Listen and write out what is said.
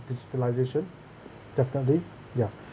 digitalisation definitely ya